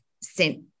sent